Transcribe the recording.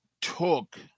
took